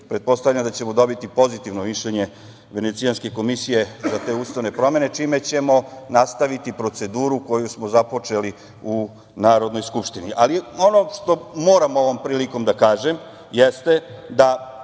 da ćemo dobiti pozitivno mišljenje Venecijanske komisije za te ustavne promene, čime ćemo nastaviti proceduru koju smo započeli u Narodnoj skupštini. Ono što moram ovom prilikom da kažem jeste da